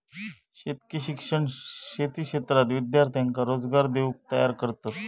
शेतकी शिक्षण शेती क्षेत्रात विद्यार्थ्यांका रोजगार देऊक तयार करतत